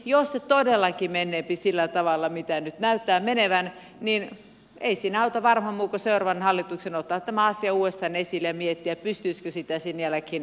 jos se todellakin menee sillä tavalla kuin nyt näyttää menevän niin ei siinä auta varmaan muu kuin seuraavan hallituksen ottaa tämä asia uudestaan esille ja miettiä pystyisikö sitä sen jälkeen korjaamaan